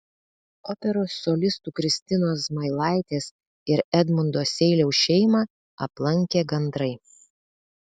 operos solistų kristinos zmailaitės ir edmundo seiliaus šeimą aplankė gandrai